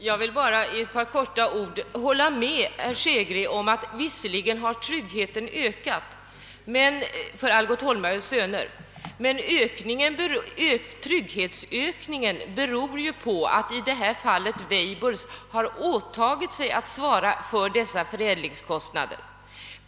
Herr talman! Jag kan hålla med herr Hansson i Skegrie om att visserligen har tryggheten ökat för Algot Holmberg & Söner, men trygghetsökningen beror ju på att Weibullsholm har åtagit sig att svara för den fortsatta förädlingsverksamheten.